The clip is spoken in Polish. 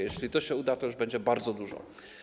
Jeśli to się uda, to już będzie bardzo dużo.